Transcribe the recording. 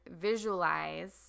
visualize